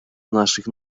naszych